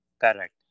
Correct